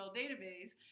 database